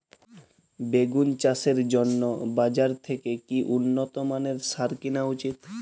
বেগুন চাষের জন্য বাজার থেকে কি উন্নত মানের সার কিনা উচিৎ?